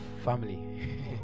family